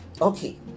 Okay